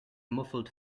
muffled